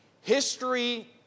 History